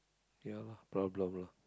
ya lah problem lah